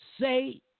say